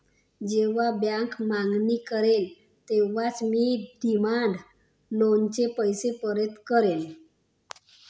जेव्हा बँक मागणी करेल तेव्हाच मी डिमांड लोनचे पैसे परत करेन